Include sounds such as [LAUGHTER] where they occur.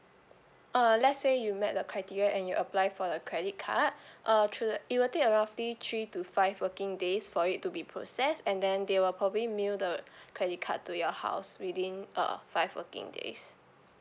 uh let's say you met the criteria and you apply for the credit card [BREATH] uh through the it will take uh roughly three to five working days for it to be processed and then they will probably mail the [BREATH] credit card to your house within uh five working days